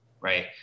right